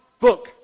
book